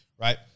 right